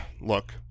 look